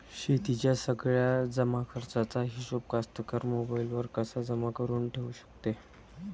शेतीच्या सगळ्या जमाखर्चाचा हिशोब कास्तकार मोबाईलवर कसा जमा करुन ठेऊ शकते?